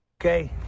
Okay